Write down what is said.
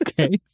Okay